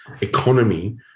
economy